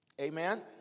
Amen